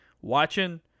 watching